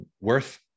worth